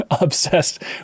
obsessed